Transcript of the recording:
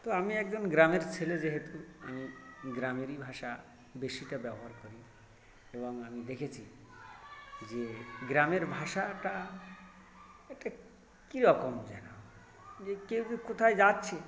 তো আমি একজন গ্রামের ছেলে যেহেতু আমি গ্রামেরই ভাষা বেশিটা ব্যবহার করি এবং আমি দেখেছি যে গ্রামের ভাষাটা একটা কী রকম যেন যে কেউ যে কোথায় যাচ্ছে